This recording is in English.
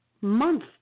month